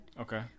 Okay